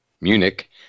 Munich